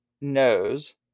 knows